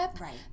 Right